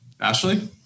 Ashley